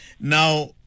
Now